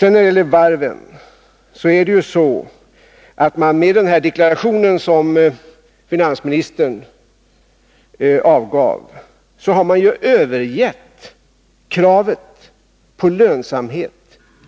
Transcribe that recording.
När det sedan gäller varven är det ju så att man i och med den deklaration som finansministern avgav har övergett kravet på lönsamhet